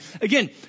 Again